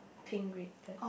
pink red flats